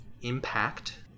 impact